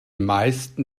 meisten